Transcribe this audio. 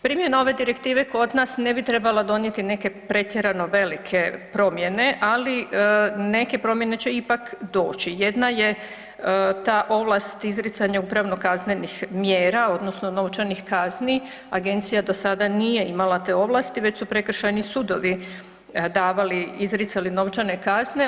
Primjena ove direktive kod nas ne bi trebala donijeti neke pretjerano velike promjene ali neke promjene će ipak doći, jedna je ta ovlast izricanja upravno kaznenih mjera odnosno novčanih kazni, agencija do sada imala te ovlasti već su prekršajni sudovi davali, izricali novčane kazne.